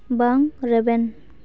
ᱵᱟᱝ ᱨᱮᱵᱮᱱ